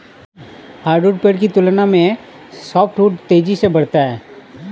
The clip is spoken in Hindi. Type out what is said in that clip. हार्डवुड पेड़ की तुलना में सॉफ्टवुड तेजी से बढ़ते हैं